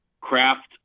craft